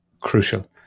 crucial